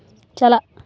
ᱪᱟᱞᱟᱜ